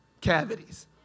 cavities